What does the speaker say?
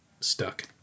stuck